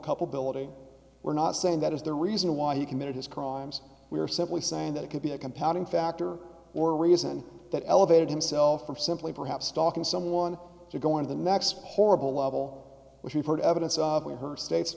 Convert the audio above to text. culpability we're not saying that is the reason why he committed his crimes we are simply saying that it could be a compounding factor or reason that elevated himself from simply perhaps stalking someone to go on to the next horrible level which we've heard evidence of her state